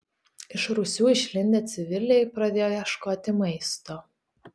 iš rūsių išlindę civiliai pradėjo ieškoti maisto